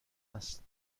است